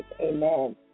Amen